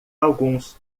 alguns